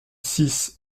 six